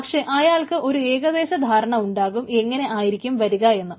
പക്ഷേ അയാൾക്ക് ഒരു ഏകദേശ ധാരണ ഉണ്ടാകും എങ്ങനെ ആയിരിക്കും വരിക എന്ന്